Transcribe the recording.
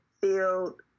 field